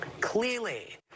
clearly